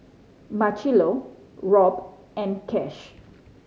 Marchello Robb and Cash